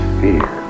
fear